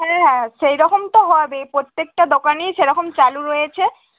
হ্যাঁ হ্যাঁ সেই রকম তো হবে প্রত্যেকটা দোকানই সেরকম চালু রয়েছে